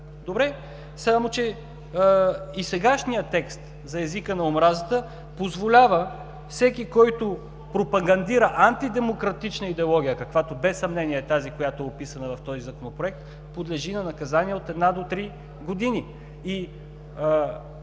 Добре. Само че и сегашният текст за езика на омразата позволява всеки, който пропагандира антидемократична идеология, каквото без съмнение е тази, описана в този Законопроект, подлежи на наказание от една до три години.